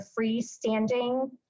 freestanding